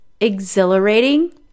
exhilarating